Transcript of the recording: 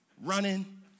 running